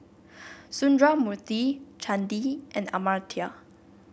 Sundramoorthy Chandi and Amartya